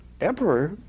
Emperor